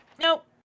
Nope